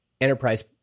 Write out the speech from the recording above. enterprise